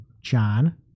john